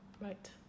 Right